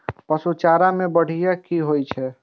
पशु चारा मैं बढ़िया की होय छै?